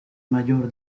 mayor